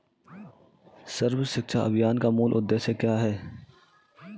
सर्व शिक्षा अभियान का मूल उद्देश्य क्या है?